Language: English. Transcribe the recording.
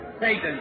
Satan